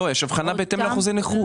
יש אבחנה בהתאם לאחוזי נכות.